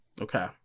Okay